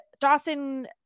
Dawson